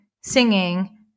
singing